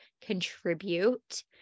contribute